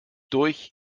durch